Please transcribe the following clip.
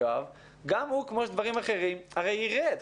יואב, יירד.